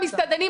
המסעדנים,